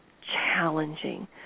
challenging